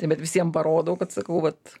tai bet visiem parodau kad sakau vat